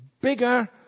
bigger